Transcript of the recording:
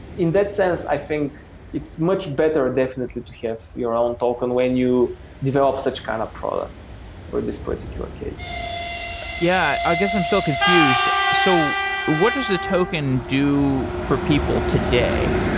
in that sense, i think it's much better definitely to have your own token when you develop such kind of product for this particular case yeah. i guess, i'm still confused. so what does a token do for people today?